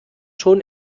schon